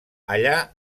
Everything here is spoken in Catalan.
allà